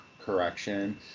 correction